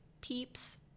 peeps